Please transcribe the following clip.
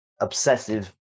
obsessive